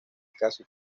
caza